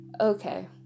Okay